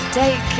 take